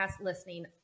listening